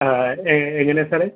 ആ ഏ എങ്ങനാ സാറേ